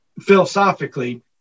philosophically